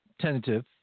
tentative